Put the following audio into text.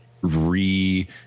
re